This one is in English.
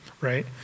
right